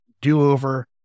do-over